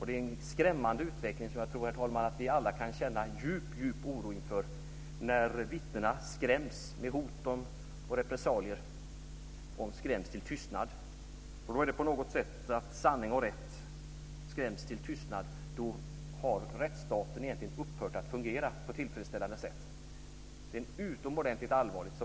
Det är en skrämmande utveckling som jag tror, herr talman, att vi alla kan känna djup oro inför, när vittnena skräms med hot om repressalier. De skräms till tystnad. Om sanning och rätt på något sätt skräms till tystnad har rättsstaten egentligen upphört att fungera på ett tillfredsställande sätt. Det är utomordentligt allvarligt.